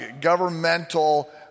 governmental